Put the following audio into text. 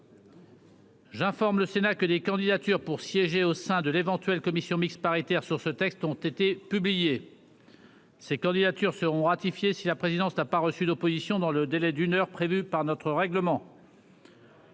J'informe le Sénat que des candidatures pour siéger au sein de l'éventuelle commission mixte paritaire sur ce texte ont été publiés ces candidatures seront ratifiées si la présidence n'a pas reçu d'opposition dans le délai d'une heure prévue par notre règlement.